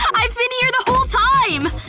um i've been here the whole time!